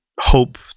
hope